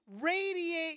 radiate